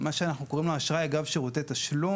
מה שאנחנו קוראים לו: "אשראי אגב שירותי תשלום"